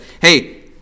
hey